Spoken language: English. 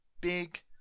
big